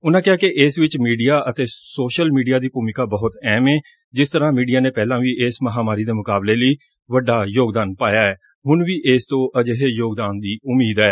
ਉਨੂਾ ਕਿਹਾ ਕੈਂ ਇਸ ਵਿਚ ਮੀਡੀਆ ਅਤੇ ਸੋਸ਼ਲ ਮੀਡੀਆ ਦੀ ਭੂਮਿਕਾ ਬਹੁਤ ਅਹਿਮ ਏ ਜਿਸ ਤਰੂਾ ਮੀਡੀਆ ਨੇ ਪਹਿਲਾਂ ਵੀ ਇਸ ਮਹਾਮਾਰੀ ਦੇ ਮੁਕਾਬਲੇ ਲਈ ਵੱਡਾ ਯੋਗਦਾਨ ਪਾਇਐ ਹੁਣ ਵੀ ਇਸ ਤੋਂ ਅਜਿਹੇ ਯੋਗਦਾਨ ਦੀ ਉਮੀਦ ਐ